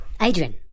Adrian